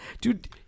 Dude